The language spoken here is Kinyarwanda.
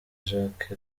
jack